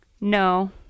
No